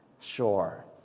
Sure